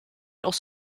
aus